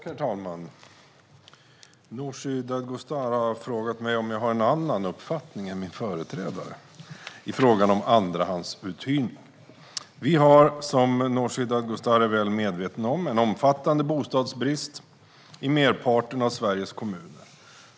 Herr talman! Nooshi Dadgostar har frågat mig om jag har en annan uppfattning än min företrädare i frågan om andrahandsuthyrning. Vi har, som Nooshi Dadgostar är väl medveten om, en omfattande bostadsbrist i merparten av Sveriges kommuner.